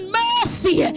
mercy